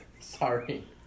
Sorry